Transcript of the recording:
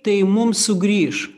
tai mums sugrįš